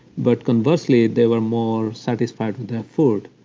but conversely, they were more satisfied with their food.